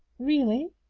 really?